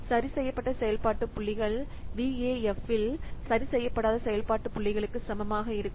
சரிசெய்யப்பட்ட செயல்பாட்டு புள்ளிகள் VAF இல் சரிசெய்யப்படாத செயல்பாட்டு புள்ளிகளுக்கு சமமாக இருக்கும்